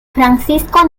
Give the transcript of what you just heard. francisco